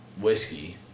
whiskey